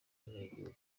y’igihugu